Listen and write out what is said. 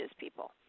people